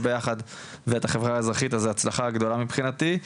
ביחד ואת החברה האזרחית אז זה הצלחה גדולה מבחינתי,